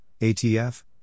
ATF